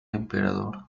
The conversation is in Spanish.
emperador